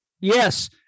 Yes